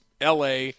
la